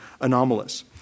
anomalous